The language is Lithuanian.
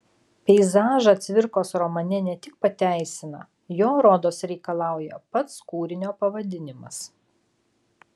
peizažą cvirkos romane ne tik pateisina jo rodos reikalauja pats kūrinio pavadinimas